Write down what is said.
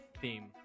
theme